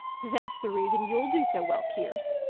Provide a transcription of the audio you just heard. that's the reason you'll do so well, pierce,